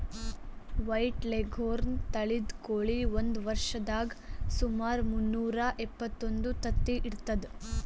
white leghorn ತಳಿದ್ ಕೋಳಿ ಒಂದ್ ವರ್ಷದಾಗ್ ಸುಮಾರ್ ಮುನ್ನೂರಾ ಎಪ್ಪತ್ತೊಂದು ತತ್ತಿ ಇಡ್ತದ್